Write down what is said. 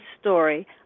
story